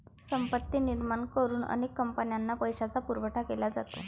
संपत्ती निर्माण करून अनेक कंपन्यांना पैशाचा पुरवठा केला जातो